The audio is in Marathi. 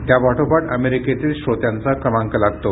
त्यापाठोपाठ अमेरिकेतील श्रोत्यांचा क्रमांक लागतो